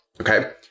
okay